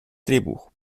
drehbuch